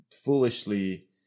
foolishly